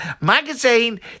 magazine